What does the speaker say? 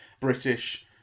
British